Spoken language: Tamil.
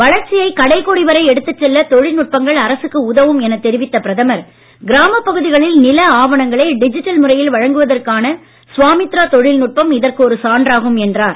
வளர்ச்சியை கடைக்கோடி வரை எடுத்துச் செல்ல தொழில்நுட்பங்கள் அரசுக்கு உதவும் எனத் தெரிவித்த பிரதமர் கிராமப் பகுதிகளில் நில ஆவணங்களை டிஜிட்டல் முறையில் வழங்குவதற்கான ஸ்வாமித்ரா தொழில்நுட்பம் இதற்கு ஒரு சான்றாகும் என்றார்